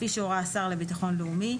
כפי שהורה השר לביטחון לאומי.